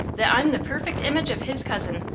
that i'm the perfect image of his cousin,